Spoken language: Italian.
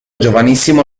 giovanissimo